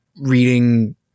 reading